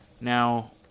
Now